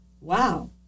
wow